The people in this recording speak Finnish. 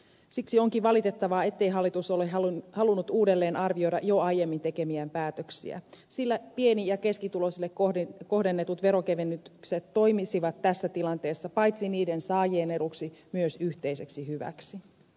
siksi onkin valitettavaa ettei hallitus ole halunnut uudelleen arvioida jo aiemmin tekemiään päätöksiä sillä pieni ja keskituloisille kohdennetut veronkevennykset toimisivat tässä tilanteessa paitsi niiden saajien eduksi myös yhteiseksi hyväksi